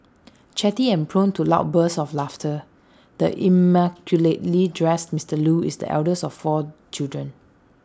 chatty and prone to loud bursts of laughter the immaculately dressed Mister Loo is the eldest of four children